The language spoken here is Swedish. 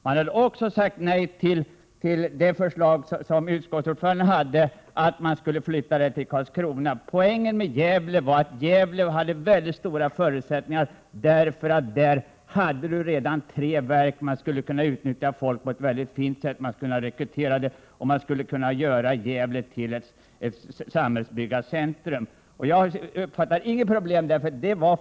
Man hade också avslagit utskottsmajoritetens förslag att verket skulle flyttas till Karlskrona. Poängen var Gävles mycket goda förutsättningar. I Gävle finns redan tre verk med uppgifter i samhällsplaneringen. Detta skulle man ha kunnat utnyttja på ett bra sätt vid rekrytering av folk till det nya verket. Gävle skulle ha kunnat bli Sveriges samhällsbyggarcentrum.